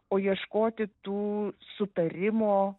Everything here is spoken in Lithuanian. o ieškoti tų sutarimo